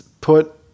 put